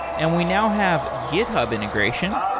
and we now have github integration.